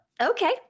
okay